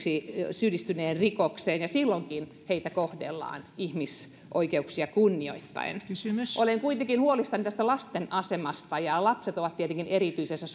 syyllistyneen rikokseen ja silloinkin heitä kohdellaan ihmisoikeuksia kunnioittaen olen kuitenkin huolissani lasten asemasta lapset ovat tietenkin erityisessä